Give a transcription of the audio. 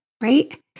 right